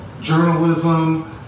journalism